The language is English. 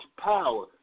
power